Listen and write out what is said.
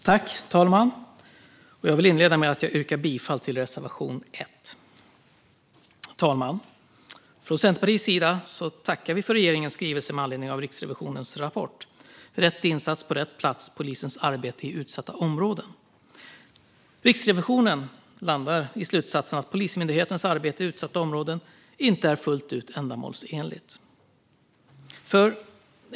Fru talman! Jag vill inleda med att yrka bifall till reservation 1. Fru talman! Från Centerpartiets sida tackar vi för regeringens skrivelse med anledning av Riksrevisionens rapport Rätt insats på rätt plats - polisens arbete i utsatta områden . Riksrevisionen landar i slutsatsen att Polismyndighetens arbete i utsatta områden inte är fullt ut ändamålsenligt.